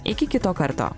iki kito karto